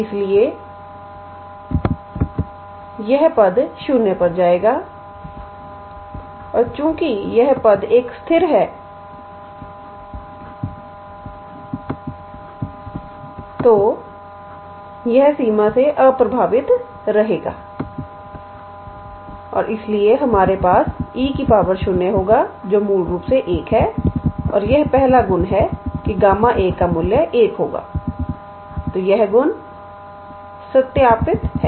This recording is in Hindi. इसलिए यह पद 0 पर जाएगा और चूंकि यह पद एक स्थिर है यह सीमा से अप्रभावित रहेगा और इसलिए हमारे पास 𝑒 0 होगा जो मूल रूप से 1 है और यह पहला गुण है कि Γ का मूल्य 1 होगा तो यह गुण सत्यापित है